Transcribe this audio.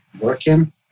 working